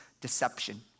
deception